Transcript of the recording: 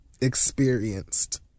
experienced